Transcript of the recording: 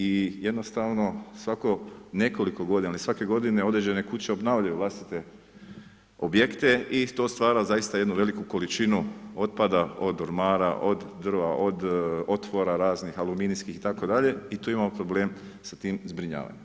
I jednostavno svako nekoliko godina ili svake godine određene kuće obnavljaju vlastite objekte i to stvara zaista jednu veliku količinu otpada od ormara, od drva, od otvora raznih, aluminijskih itd. i tu imamo problem sa tim zbrinjavanjem.